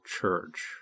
Church